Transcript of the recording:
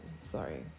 sorry